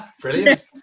Brilliant